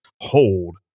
hold